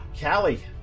Callie